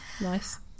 Nice